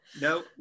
no